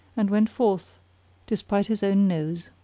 and went forth despite his own nose.